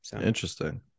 Interesting